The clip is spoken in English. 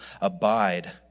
abide